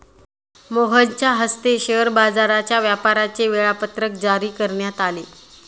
मोहनच्या हस्ते शेअर बाजाराच्या व्यापाराचे वेळापत्रक जारी करण्यात आले